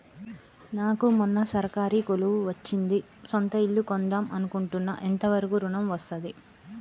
నాకు మొన్న సర్కారీ కొలువు వచ్చింది సొంత ఇల్లు కొన్దాం అనుకుంటున్నా ఎంత వరకు ఋణం వస్తది?